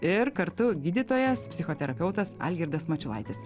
ir kartu gydytojas psichoterapeutas algirdas mačiulaitis